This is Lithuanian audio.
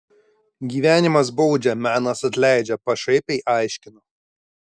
gyvenimas baudžia menas atleidžia pašaipiai aiškino